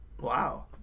Wow